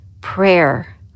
prayer